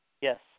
Yes